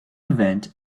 event